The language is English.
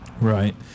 Right